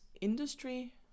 industry